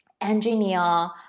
Engineer